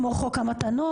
כמו חוק המתנות,